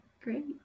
great